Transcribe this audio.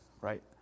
right